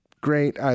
great